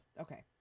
okay